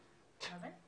בעייתי.